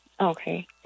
Okay